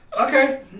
Okay